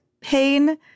pain